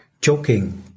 choking